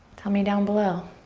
tell me down below.